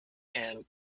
and